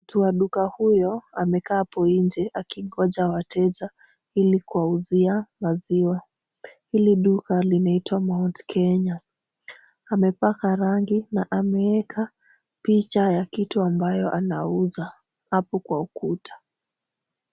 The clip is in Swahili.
Mtu wa duka huyo amekaa hapo nje akingoja wateja ili kuwauzia maziwa. Hili duka linaitwa Mt. Kenya. Amepaka rangi na ameeka picha ya kitu ambayo anauza hapo kwa ukuta.